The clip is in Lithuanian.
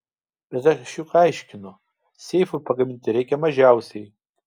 bet aš juk aiškinu seifui pagaminti reikia mažiausiai